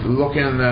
looking